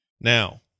now